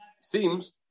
Seems